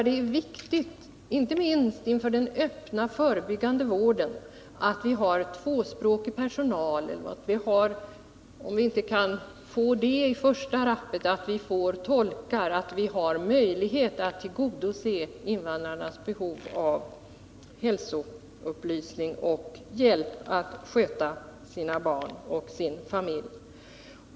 Det är viktigt inte minst inför den öppna förebyggande vården att det finns tvåspråkig personal eller — om vi inte kan få det i första taget — att det finns tolkar, så att vi har möjlighet att tillgodose invandrarnas behov av hälsoupplysning och deras behov av hjälp att sköta sina barn och sin familj.